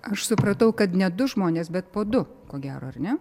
aš supratau kad ne du žmonės bet po du ko gero ar ne